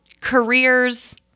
careers